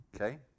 okay